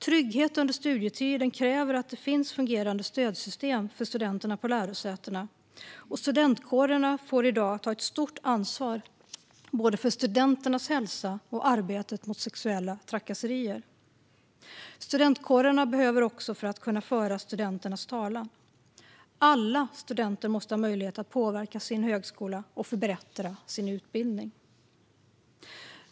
Trygghet under studietiden kräver att det finns fungerande stödsystem för studenterna på lärosätena, och studentkårerna får i dag ta ett stort ansvar både för studenternas hälsa och för arbetet mot sexuella trakasserier. Studentkårerna behövs också för att kunna föra studenternas talan. Alla studenter måste ha möjlighet att påverka sin högskola och förbättra sin utbildning.